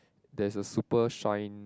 there's a super shine